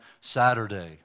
Saturday